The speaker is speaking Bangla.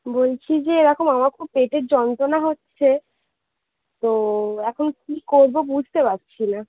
বলছি যে এরকম আমার খুব পেটের যন্ত্রণা হচ্ছে তো এখন কি করবো বুঝতে পারছি না